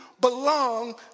belong